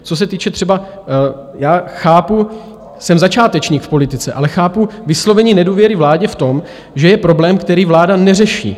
Co se týče třeba... já chápu, jsem začátečník v politice, ale chápu vyslovení nedůvěry vládě v tom, že je problém, který vláda neřeší.